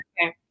okay